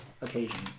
occasion